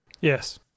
Yes